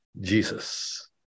Jesus